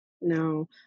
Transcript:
No